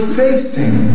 facing